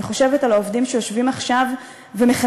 אני חושבת על העובדים שיושבים עכשיו ומחכים,